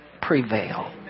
prevail